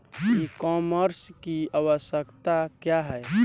E commerce की आवशयक्ता क्या है?